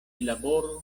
laboru